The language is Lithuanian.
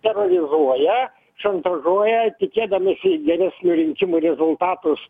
terorizuoja šantažuoja tikėdamiesi geresnių rinkimų rezultatų